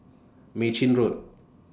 Mei Chin Road